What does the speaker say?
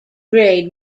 grade